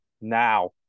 Now